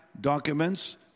documents